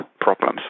problems